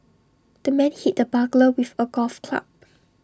the man hit the burglar with A golf club